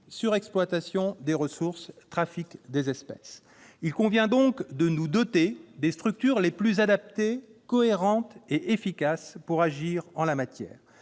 surexploitation des ressources, trafic d'espèces, etc. Il convient donc de nous doter des structures les plus adaptées, cohérentes et efficaces pour agir en la matière.